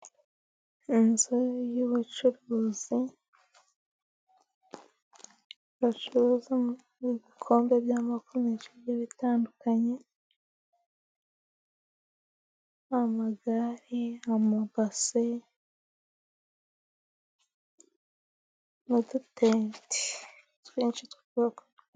Inzu y'ubucuruzi rucuruza n'ibikombe by'amako menshi bigiye bitandukanye amagari, amabase n'udutente twinshi twu...